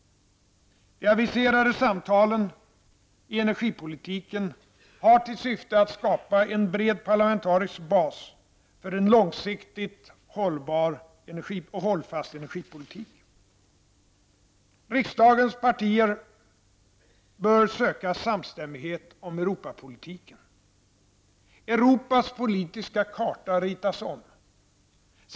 De aviserade samtalen i energipolitiken har till syfte att skapa en bred parlamentarisk bas för en långsiktigt hållfast energipolitik. Riksdagens partier bör söka samstämmighet om Europas politiska karta ritas om.